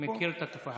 כן, כן, מכיר את התופעה.